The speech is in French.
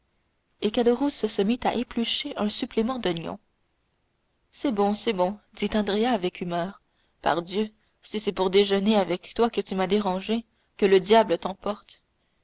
et caderousse se mit à éplucher un supplément d'oignons c'est bon c'est bon dit andrea avec humeur pardieu si c'est pour déjeuner avec toi que tu m'as dérangé que le diable t'emporte